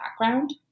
background